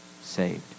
saved